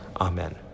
Amen